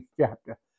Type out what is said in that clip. chapter